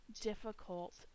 difficult